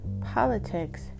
Politics